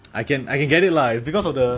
like actually actually